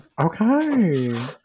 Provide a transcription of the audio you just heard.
Okay